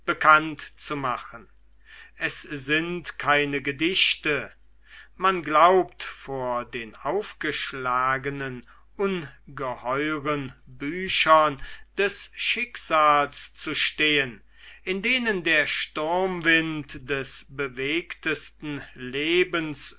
bekannt zu machen es sind keine gedichte man glaubt vor den aufgeschlagenen ungeheuren büchern des schicksals zu stehen in denen der sturmwind des bewegtesten lebens